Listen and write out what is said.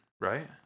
right